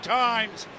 times